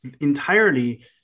entirely